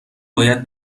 باید